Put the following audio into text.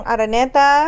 Araneta